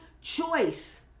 choice